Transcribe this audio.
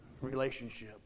relationship